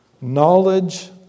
knowledge